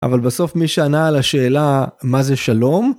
אבל בסוף מי שענה על השאלה מה זה שלום.